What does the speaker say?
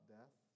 death